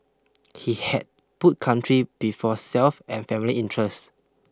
he had put country before self and family interest